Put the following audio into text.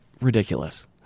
ridiculous